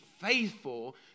faithful